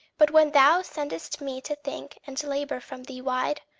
but when thou send'st me to think and labour from thee wide,